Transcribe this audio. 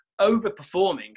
overperforming